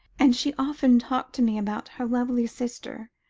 and she often talked to me about her lovely sister,